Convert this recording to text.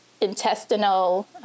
intestinal